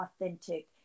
authentic